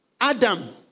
Adam